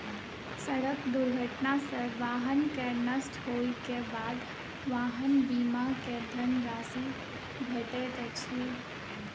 सड़क दुर्घटना सॅ वाहन के नष्ट होइ के बाद वाहन बीमा के धन राशि भेटैत अछि